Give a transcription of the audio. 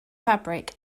fabric